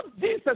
Jesus